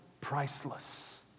priceless